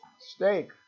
Steak